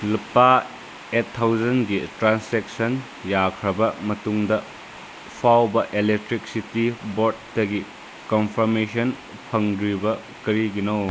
ꯂꯨꯄꯥ ꯑꯩꯠ ꯊꯥꯎꯖꯟꯒꯤ ꯇ꯭ꯔꯥꯟꯁꯦꯛꯁꯟ ꯌꯥꯈ꯭ꯔꯕ ꯃꯇꯨꯡꯗ ꯐꯥꯎꯕ ꯑꯦꯂꯦꯛꯇ꯭ꯔꯤꯁꯤꯇꯤ ꯕꯣꯠꯇꯒꯤ ꯀꯟꯐꯥꯔꯃꯦꯁꯟ ꯐꯪꯗ꯭ꯔꯤꯕ ꯀꯔꯤꯒꯤꯅꯣ